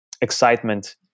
excitement